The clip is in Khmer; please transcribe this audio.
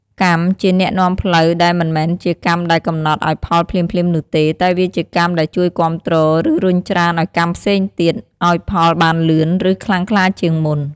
កម្មជាអ្នកនាំផ្លូវ ដែលមិនមែនជាកម្មដែលកំណត់ឲ្យផលភ្លាមៗនោះទេ តែវាជាកម្មដែលជួយគាំទ្រ ឬរុញច្រានឲ្យកម្មផ្សេងទៀត ឲ្យផលបានលឿន ឬខ្លាំងក្លាជាងមុន។